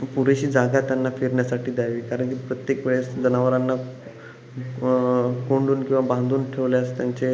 पुरेशी जागा त्यांना फिरण्यासाठी द्यावी कारण की प्रत्येक वेळेस जनावरांना क कोंडून किवा बांधून ठेवल्यास त्यांचे